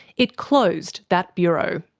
it closed that bureau.